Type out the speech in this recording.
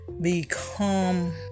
become